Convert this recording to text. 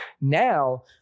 Now